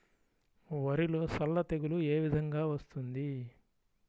వరిలో సల్ల తెగులు ఏ విధంగా వస్తుంది?